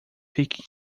fique